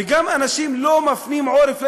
והם גם אנשים שלא מפנים עורף לאזרחות,